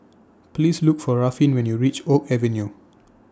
Please Look For Ruffin when YOU REACH Oak Avenue